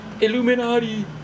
Illuminati